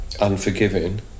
unforgiving